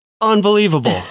unbelievable